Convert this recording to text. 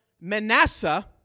Manasseh